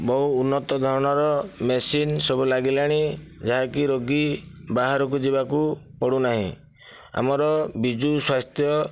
ବହୁ ଉନ୍ନତ ଧରଣର ମେସିନ୍ ସବୁ ଲାଗିଲାଣି ଯାହାକି ରୋଗୀ ବାହାରକୁ ଯିବାକୁ ପଡ଼ୁନାହିଁ ଆମର ବିଜୁ ସ୍ବାସ୍ଥ୍ୟ